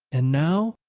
and now?